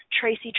Tracy